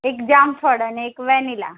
એક જામફળ અને એક વેનીલા